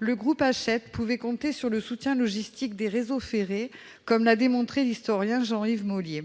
le groupe Hachette pouvait compter sur le soutien logistique des réseaux ferrés, comme l'a démontré l'historien Jean-Yves Mollier.